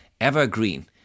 evergreen